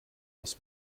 aus